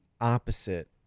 opposite